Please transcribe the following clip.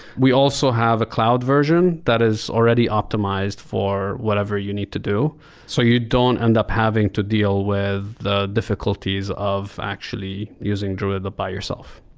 we also have a cloud version that is already optimized for whatever you need to do so you don't end up having to deal with the difficulties of actually using druid by yourself.